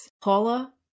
Paula